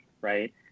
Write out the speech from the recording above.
right